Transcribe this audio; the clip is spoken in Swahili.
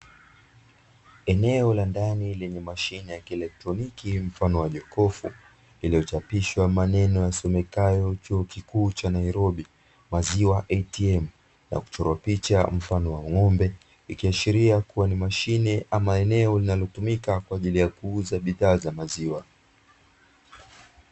Eneo la ndani lenye mashine ya kielektroniki mfano wa jokofu, iliyochapishwa mfano wa maneno yasomekayo "Chuo kikuu cha Nairobi, maziwa atm", na kuchorwa picha mfano wa ng'ombe ikiashiria kuwa ni mashine ama eneo linalotumika kwa ajili ya kuuza bidhaa za maziwa.